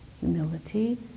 Humility